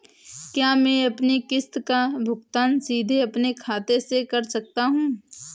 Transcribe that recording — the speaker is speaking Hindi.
क्या मैं अपनी किश्त का भुगतान सीधे अपने खाते से कर सकता हूँ?